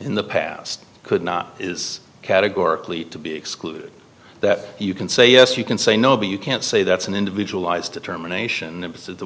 in the past could not is categorically to be excluded that you can say yes you can say no but you can't say that's an individual lies determination